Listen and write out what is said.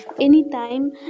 anytime